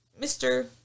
Mr